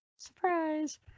surprise